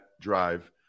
drive